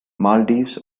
maldives